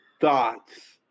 Thoughts